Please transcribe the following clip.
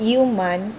Human